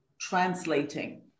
Translating